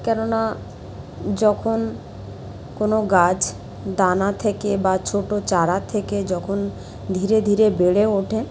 কেন না যখন কোনো গাছ দানা থেকে বা ছোটো চারা থেকে যখন ধীরে ধীরে বেড়ে ওঠে